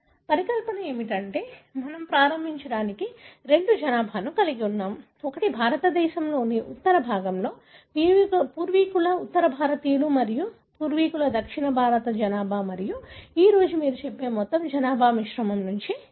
పరికల్పన ఏమిటంటే మనము ప్రారంభించడానికి రెండు జనాభాను కలిగి ఉన్నాము ఒకటి భారతదేశంలోని ఉత్తర భాగంలో పూర్వీకుల ఉత్తర భారతీయులు మరియు పూర్వీకుల దక్షిణ భారత జనాభా మరియు ఈ రోజు మీరు చెప్పే మొత్తం జనాభా మిశ్రమం నుండి ఉద్భవించింది ఈ రెండు